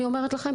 אני אומרת לכם,